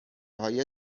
های